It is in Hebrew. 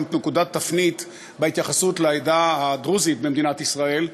נקודת תפנית בהתייחסות לעדה הדרוזית במדינת ישראל,